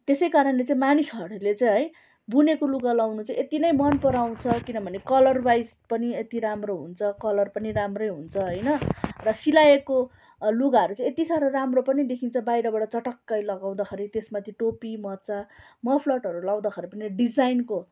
त्यसैकारणले चाहिँ मानिसहरूले चाहिँ है बुनेको लुगा लाउनु चाहिँ यति नै मन पराउँछ किनभने कलर वाइस पनि यति राम्रो हुन्छ कलर पनि राम्रै हुन्छ र हैन र सिलाएको लुगाहरू चाहिँ यति साह्रो राम्रो पनि देखिन्छ बाहिरबाट चटक्कै लगाउँदाखेरि त्यसमाथि टोपी मोजा मफलरहरू लाउँदा पनि डिजाइनको